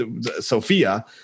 Sophia